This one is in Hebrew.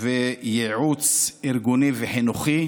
וייעוץ ארגוני וחינוכי.